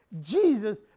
Jesus